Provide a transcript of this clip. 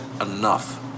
enough